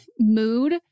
mood